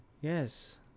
Yes